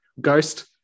Ghost